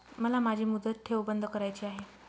मला माझी मुदत ठेव बंद करायची आहे